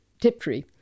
Tiptree